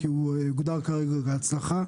כי הוא הוגדר כהצלחה.